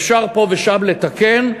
אפשר פה ושם לתקן,